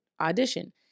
audition